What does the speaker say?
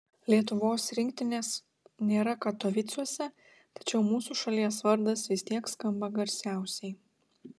lietuvos rinktinės nėra katovicuose tačiau mūsų šalies vardas vis tiek skamba garsiausiai